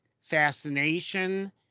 fascination